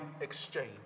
exchange